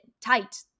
tight